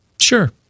Sure